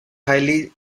highly